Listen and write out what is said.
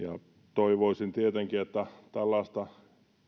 toivoisin tietenkin että tällaista